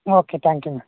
okay thank you ma'am